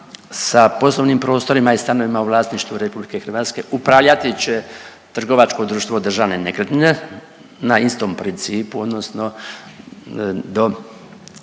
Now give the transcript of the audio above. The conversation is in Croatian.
sa poslovnim prostorima i stanovima u vlasništvu RH upravljati će Trgovačko društvo Državne nekretnine na istom principu odnosno do